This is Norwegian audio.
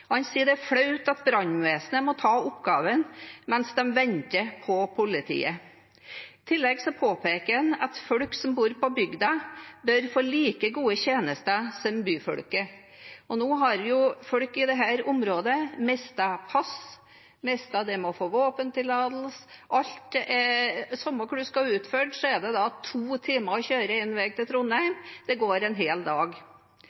Han sier det er flaut at brannvesenet må ta oppgaven mens de venter på politiet. I tillegg påpeker han at folk som bor på bygda, bør få like gode tjenester som byfolket. Og nå har jo folk i dette området mistet pass, mistet det med å få våpentillatelse – samme hva en skal få utført, er det da to timer å kjøre én vei til Trondheim. Det går en hel dag.